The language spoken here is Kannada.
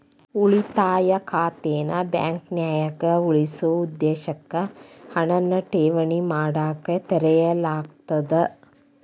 ಉಳಿತಾಯ ಖಾತೆನ ಬಾಂಕ್ನ್ಯಾಗ ಉಳಿಸೊ ಉದ್ದೇಶಕ್ಕ ಹಣನ ಠೇವಣಿ ಮಾಡಕ ತೆರೆಯಲಾಗ್ತದ